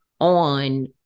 on